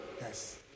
Yes